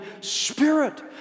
Spirit